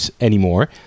anymore